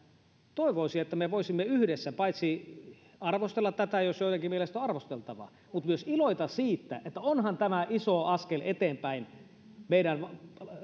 toivoisin että me voisimme yhdessä paitsi arvostella tätä jos joidenkin mielestä on arvosteltavaa mutta myös iloita siitä että onhan tämä iso askel eteenpäin meidän